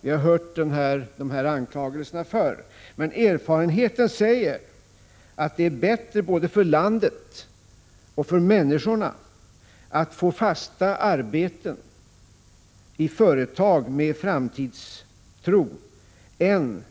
Vi har hört dessa anklagelser förr, men erfarenheten visar att det är bättre både för landet och för människorna att man får fasta arbeten i företag med framtidstro än